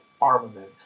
armament